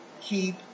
keep